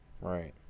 right